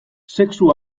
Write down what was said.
sexu